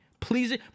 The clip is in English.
please